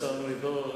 השר מרידור,